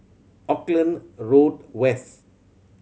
Auckland Road West